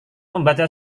membaca